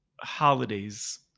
holidays